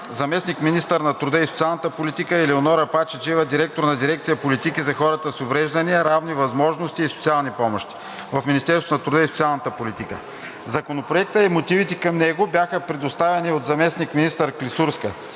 заместник-министър на труда и социалната политика, и Елеонора Пачеджиева – директор на дирекция „Политика за хората с увреждания, равни възможности и социални помощи“ в Министерството на труда и социалната политика. Законопроектът и мотивите към него бяха представени от заместник-министър Клисурска.